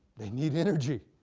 they need energy.